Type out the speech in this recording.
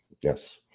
Yes